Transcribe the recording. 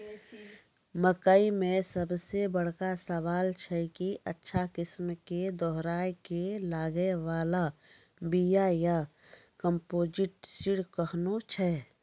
मकई मे सबसे बड़का सवाल छैय कि अच्छा किस्म के दोहराय के लागे वाला बिया या कम्पोजिट सीड कैहनो छैय?